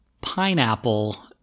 pineapple